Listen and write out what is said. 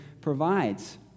provides